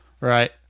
Right